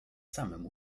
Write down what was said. samym